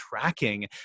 tracking